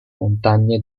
montagne